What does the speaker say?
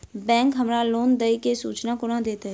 Bank हमरा loan देय केँ सूचना कोना देतय?